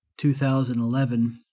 2011